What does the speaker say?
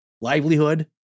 livelihood